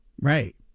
Right